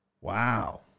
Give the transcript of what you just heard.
Wow